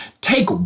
take